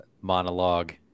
monologue